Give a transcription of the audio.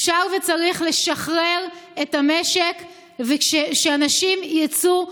אפשר וצריך לשחרר את המשק ושאנשים יצאו,